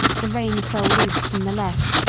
the rein fell loose from the left,